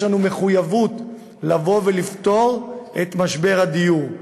יש לנו מחויבות לבוא ולפתור את משבר הדיור,